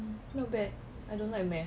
no bad I don't like math